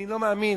אני לא מאמין.